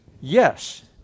Yes